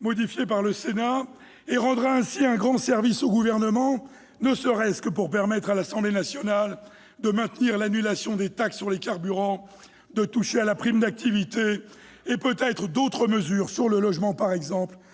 loi de finances modifié par le Sénat. Il rendra ainsi un grand service au Gouvernement, ne serait-ce que pour permettre à l'Assemblée nationale de maintenir l'annulation des taxes sur les carburants, de toucher à la prime d'activité et peut-être de confirmer d'autres mesures, notamment sur le